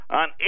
on